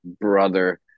brother